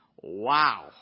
Wow